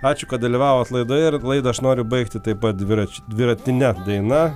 ačiū kad dalyvavot laidoje ir laidą aš noriu baigti taip pat dviračiu dviratine daina